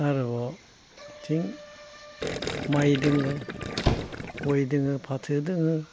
आरोबाव बिथिं माइ दङ गय दङ फाथै दङ